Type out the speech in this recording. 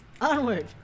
onward